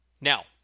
Now